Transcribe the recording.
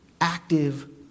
active